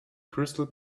crystal